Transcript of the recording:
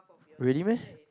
really meh